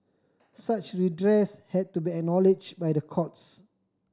such redress had to be acknowledged by the courts